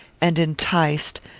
and enticed,